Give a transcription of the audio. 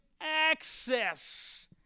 access